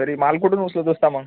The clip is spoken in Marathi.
तरी माल कुठून उचलत असता मग